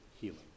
healing